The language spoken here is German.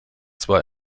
zwar